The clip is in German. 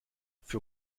für